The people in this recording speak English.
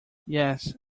yes